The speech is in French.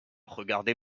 regardez